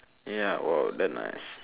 ya !wow! damn nice